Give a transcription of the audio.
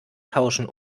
tauschen